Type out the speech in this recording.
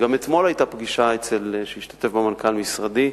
גם אתמול היתה פגישה שהשתתף בה מנכ"ל משרדי,